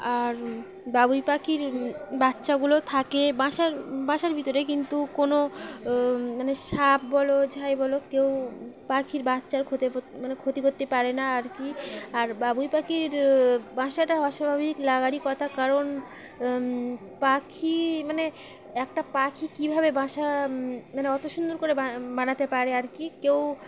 আর বাবুই পাখির বাচ্চাগুলো থাকে বাঁসার বাঁসার ভিতরে কিন্তু কোনো মানে সাপ বলো যাই বলো কেউ পাখির বাচ্চার ক্ষতি মানে ক্ষতি করতে পারে না আর কি আর বাবুই পাখির বাসাটা অস্বাভাবিক লাগারই কথা কারণ পাখি মানে একটা পাখি কীভাবে বাসা মানে অত সুন্দর করে বানাতে পারে আর কি কেউ